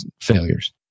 failures